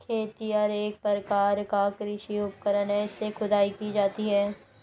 खेतिहर एक प्रकार का कृषि उपकरण है इससे खुदाई की जाती है